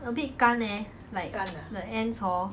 a bit 干 leh like the ends hor